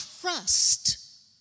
trust